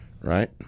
right